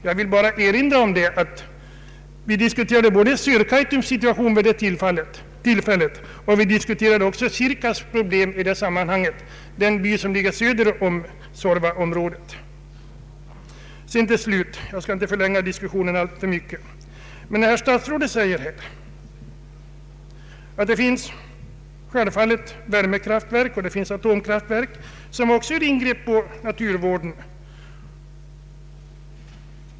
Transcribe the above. Jag vill påminna om att vi då diskuterade både Sörkai tums situation och Siirkas problem i det sammanhanget — det senare är den by som ligger söder om Suorvaområdet. Jag skall inte förlänga debatten alltför mycket, men jag vill till sist bemöta vad statsrådet anför om att även värmekraftverk och atomkraftverk gör ingrepp på miljön.